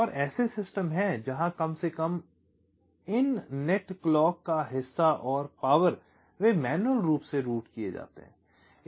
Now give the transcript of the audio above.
और ऐसे सिस्टम हैं जहां कम से कम इन नेट् क्लॉक का हिस्सा और पावर वे मैन्युअल रूप से रूट किए जाते हैं